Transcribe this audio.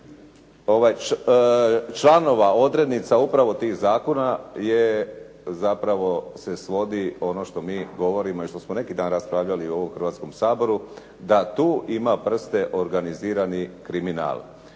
članova, odrednica upravo tih zakona je zapravo se svodi ono što mi govorimo i što smo neki dan raspravljali u ovom Hrvatskom saboru da tu ima prste organizirani kriminal.